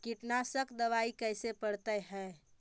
कीटनाशक दबाइ कैसे पड़तै है?